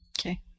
Okay